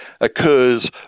occurs